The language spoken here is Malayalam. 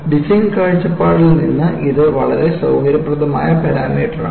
ഡിസൈൻ കാഴ്ചപ്പാടിൽ നിന്ന് ഇത് വളരെ സൌകര്യപ്രദമായ പാരാമീറ്ററാണ്